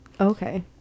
Okay